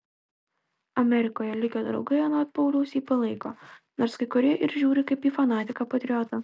amerikoje likę draugai anot pauliaus jį palaiko nors kai kurie ir žiūri kaip į fanatiką patriotą